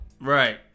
Right